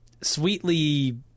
sweetly